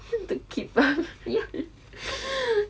to keep up